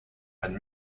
and